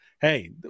hey